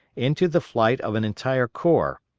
into the flight of an entire corps,